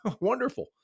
wonderful